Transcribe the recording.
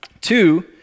Two